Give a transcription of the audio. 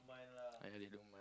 I really don't mind lah